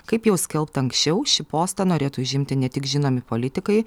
kaip jau skelbta anksčiau šį postą norėtų užimti ne tik žinomi politikai